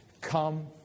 Come